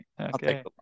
Okay